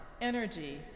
energy